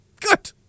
Good